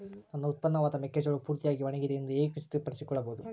ನನ್ನ ಉತ್ಪನ್ನವಾದ ಮೆಕ್ಕೆಜೋಳವು ಪೂರ್ತಿಯಾಗಿ ಒಣಗಿದೆ ಎಂದು ಹೇಗೆ ಖಚಿತಪಡಿಸಿಕೊಳ್ಳಬಹುದು?